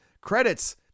credits